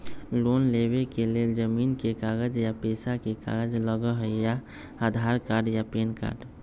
Loan लेवेके लेल जमीन के कागज या पेशा के कागज लगहई या आधार कार्ड या पेन कार्ड?